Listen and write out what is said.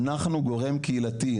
אנחנו גורם קהילתי,